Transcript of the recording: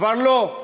כבר לא.